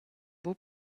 buca